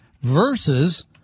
versus